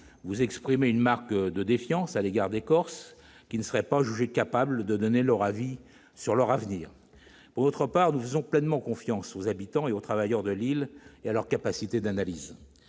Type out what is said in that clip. vous exprimez une marque de défiance à l'égard des Corses, qui ne seraient pas jugés capables de donner leur avis sur leur avenir. Pour notre part, nous faisons pleinement confiance aux habitants et aux travailleurs de l'île et à leur capacité d'analyse.